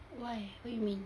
why what you mean